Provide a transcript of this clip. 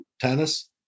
tennis